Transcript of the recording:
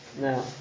Now